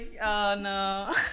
no